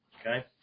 okay